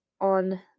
on